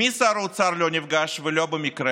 עם מי שר האוצר לא נפגש, ולא במקרה?